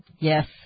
Yes